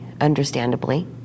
understandably